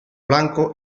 blanco